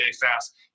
fast